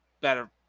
better